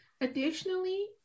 Additionally